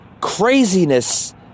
craziness